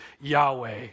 Yahweh